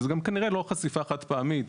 וזו גם כנראה לא חשיפה חד פעמית,